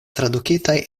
tradukitaj